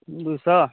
दू सए